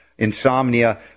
Insomnia